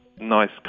nice